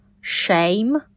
shame